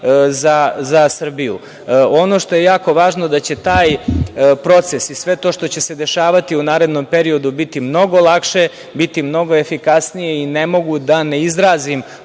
za Srbiju. Ono što je jako važno to je da će taj proces i sve to što će se dešavati u narednom periodu biti mnogo lakše, biti mnogo efikasnije i ne mogu da ne izrazim